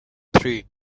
three